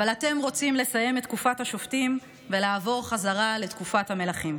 אבל אתם רוצים לסיים את תקופת השופטים ולעבור חזרה לתקופת המלכים.